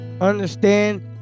understand